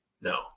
No